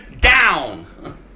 down